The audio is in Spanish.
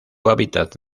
hábitat